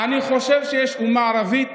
"אני חושב שיש אומה ערבית.